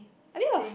I think it was